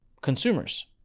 Consumers